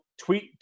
tweet